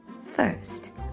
First